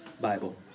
Bible